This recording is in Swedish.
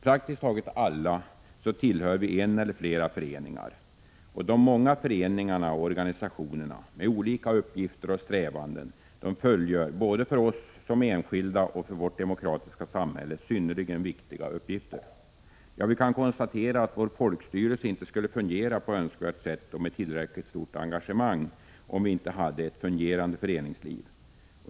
Praktiskt taget alla tillhör vi en eller flera föreningar. De många föreningarna och organisationerna med olika uppgifter och strävanden fullgör både för oss som enskilda och för vårt demokratiska samhälle synnerligen viktiga uppgifter. Ja, vi kan konstatera att vår folkstyrelse inte skulle fungera på önskvärt sätt och med tillräckligt stort engagemang om vi inte hade ett fungerande föreningsliv.